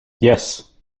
yes